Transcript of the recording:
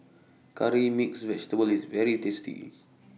Curry Mixed Vegetable IS very tasty